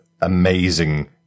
amazing